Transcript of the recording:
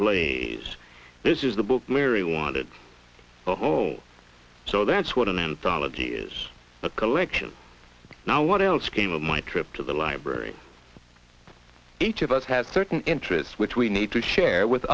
plays this is the book mary wanted oh so that's what an anthology is a collection of now what else came of my trip to the library each of us have certain interests which we need to share with